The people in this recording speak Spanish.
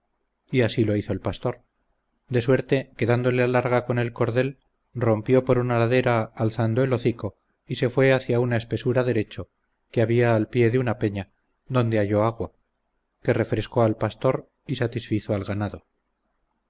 y así lo hizo el pastor de suerte que dándole larga con el cordel rompió por una ladera alzando el hocico y se fue hacia una espesura derecho que había al pie de una peña donde halló agua que refrescó al pastor y satisfizo al ganado